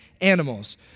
animals